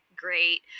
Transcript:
Great